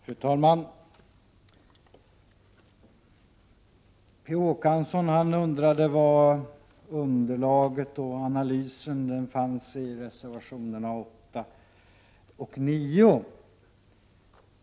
Fru talman! Per Olof Håkansson undrade var underlaget och analysen fanns i reservationerna 8 och 9.